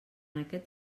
aquest